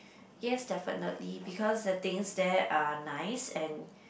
yes definitely because the things there are nice and